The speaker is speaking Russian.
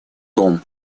том